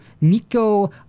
Miko